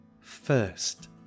first